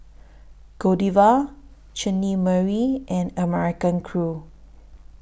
Godiva Chutney Mary and American Crew